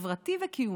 חברתי וקיומי.